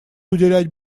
уделять